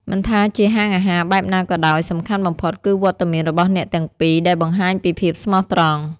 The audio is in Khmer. មិនថាជាហាងអាហារបែបណាក៏ដោយ សំខាន់បំផុតគឺវត្តមានរបស់អ្នកទាំងពីរដែលបង្ហាញពីភាពស្មោះត្រង់។